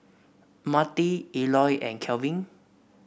Mattie Eloy and Kelvin